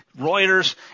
Reuters